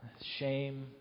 shame